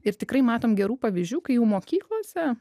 ir tikrai matom gerų pavyzdžių kai jau mokyklose